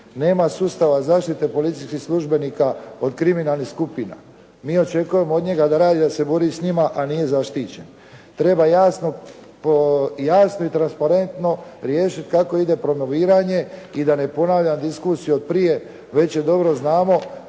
Nema sustava zaštite policijskih službenika od kriminalnih skupina. Mi očekujemo od njega da radi, da se bori s njima, a nije zaštićen. Treba jasno i transparentno riješiti kako ide promoviranje i da ne ponavljam diskusiju od prije, već je dobro znamo.